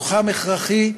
כוחם הכרחי,